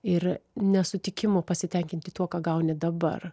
ir nesutikimo pasitenkinti tuo ką gauni dabar